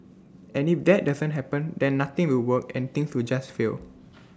and if that doesn't happen then nothing will work and things will just fail